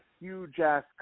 huge-ass